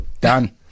Done